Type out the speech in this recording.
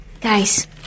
Guys